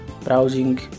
browsing